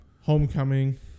Homecoming